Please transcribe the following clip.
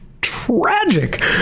tragic